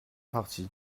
partie